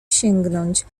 sięgnąć